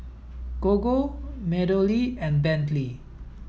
Gogo MeadowLea and Bentley